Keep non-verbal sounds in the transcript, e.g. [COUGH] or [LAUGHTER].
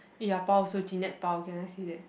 [UNINTELLIGIBLE]